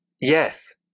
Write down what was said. Yes